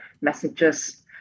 messages